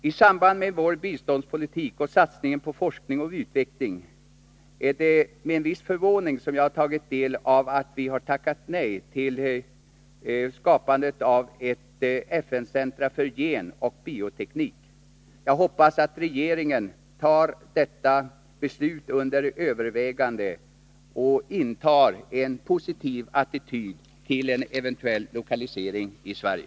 I samband med vår biståndspolitik och satsningen på forskning och utveckling är det med en viss förvåning jag har tagit del av att Sverige har tackat nej till skapandet av ett FN-centrum för genoch bioteknik. Jag hoppas att regeringen tar detta beslut under övervägande och intar en positiv attityd till en eventuell lokalisering i Sverige.